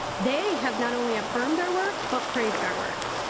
they have not only affirmed our work, but praised our work.